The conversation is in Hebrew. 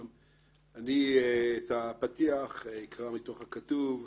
את הפתיח אני אקרא מהכתוב,